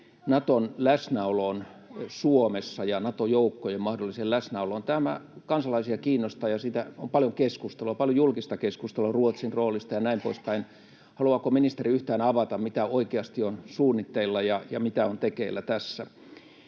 Naton läsnäoloon Suomessa ja Nato-joukkojen mahdolliseen läsnäoloon. Tämä kansalaisia kiinnostaa, ja siitä on paljon keskustelua, paljon julkista keskustelua, Ruotsin roolista ja näin poispäin. Haluaako ministeri yhtään avata, mitä oikeasti on suunnitteilla ja mitä on tekeillä tässä?